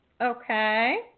Okay